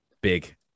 Big